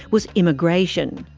was immigration.